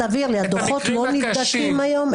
תבהיר לי: הדוחות לא נבדקים היום?